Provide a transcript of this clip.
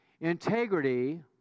integrity